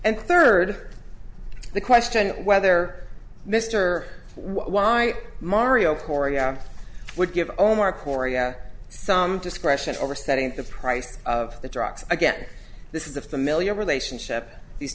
and third the question whether mr why mario korea would give omar korea some discretion over setting the price of the drugs again this is a familiar relationship these